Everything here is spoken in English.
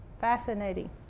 fascinating